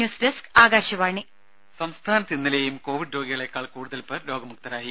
news desk Akashvani ദര സംസ്ഥാനത്ത് ഇന്നലെയും കോവിഡ് രോഗികളേക്കാൾ കൂടുതൽ പേർ രോഗമുക്തരായി